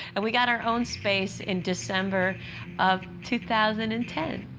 and we got our own space in december of two thousand and ten.